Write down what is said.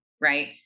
Right